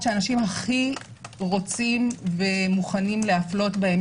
שאנשים הכי רוצים ומוכנים להפלות בהם,